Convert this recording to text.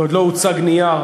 ועוד לא הוצג נייר,